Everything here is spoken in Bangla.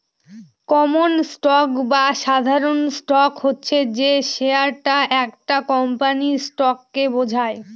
কমন স্টক বা সাধারণ স্টক হচ্ছে যে শেয়ারটা একটা কোম্পানির স্টককে বোঝায়